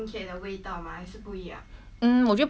mm 我觉得不太一样他比较 dri 一点